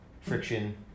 friction